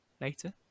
later